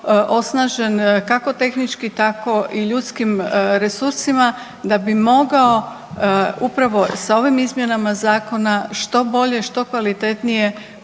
osnažen kako tehničkim tako i ljudskim resursima da bi mogao upravo sa ovim izmjenama zakona što bolje i što kvalitetnije